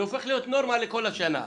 זה הופך להיות נורמה לכל השנה.